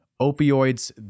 opioids